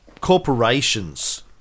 corporations